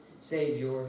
Savior